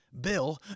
Bill